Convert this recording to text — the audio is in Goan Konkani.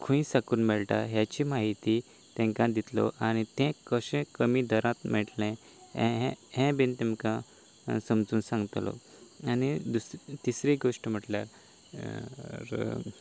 खंय साकून मेळटा हाची म्हायती तांकां दितलो आनी तें कशें कमी दरान मेळटलें हें हें बी तेमकां समजून सांगतलो आनी दुसरी तिसरी गोष्ट म्हणल्यार